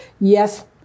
Yes